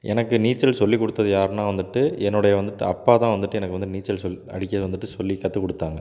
எனக்கு நீச்சல் சொல்லி கொடுத்தது யாருனா வந்துவிட்டு என்னுடைய வந்துவிட்டு அப்பா தான் வந்துவிட்டு எனக்கு வந்து நீச்சல் சொல்லி அடிக்க வந்துவிட்டு சொல்லி கற்றுக் கொடுத்தாங்க